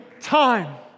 time